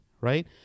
right